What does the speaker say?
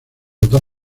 dos